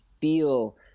feel